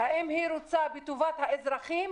האם היא רוצה בטובת האזרחים